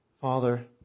Father